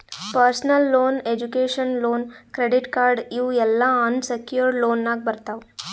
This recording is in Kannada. personal loan, education loan, credit card ಇವ್ ಎಲ್ಲಾ ಅನ್ ಸೆಕ್ಯೂರ್ಡ್ ಲೋನ್ನಾಗ್ ಬರ್ತಾವ್